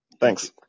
Thanks